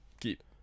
keep